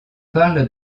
parle